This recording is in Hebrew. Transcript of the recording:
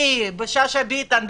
בשאשא ביטון,